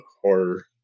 horror